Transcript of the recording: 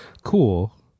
cool